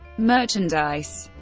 merchandise